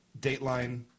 Dateline